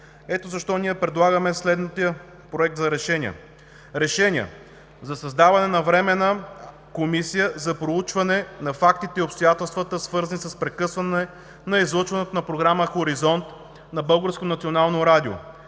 Ето защо ние предлагаме следния: „Проект! РЕШЕНИЕ за създаване на Временна комисия за проучване на фактите и обстоятелствата, свързани с прекъсване на излъчването на програма „Хоризонт“ на